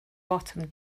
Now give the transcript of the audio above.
bottom